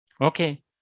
okay